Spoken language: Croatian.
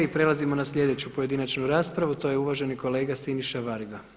I prelazimo na slijedeću pojedinačnu raspravu to je uvaženi kolega Siniša Varga.